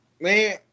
man